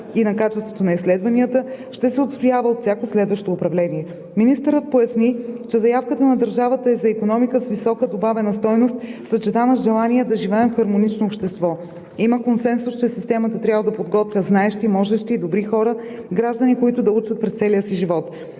и на качеството на изследванията, ще се отстоява от всяко следващо управление. Министърът поясни, че заявката на държавата е за икономика с висока добавена стойност, съчетана с желание да живеем в хармонично общество. Има консенсус, че системата трябва да подготвя знаещи, можещи, добри хора, граждани, които да учат през целия си живот.